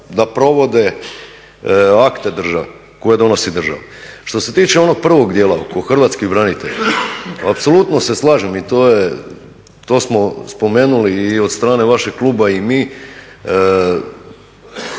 da provode akte koje donosi država. Što se tiče onog prvog djela oko Hrvatskih branitelja. Apsolutno se slažem i to je, to smo spomenuli i od strane vašeg kluba i mi